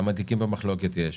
כמה תיקים במחלוקת יש?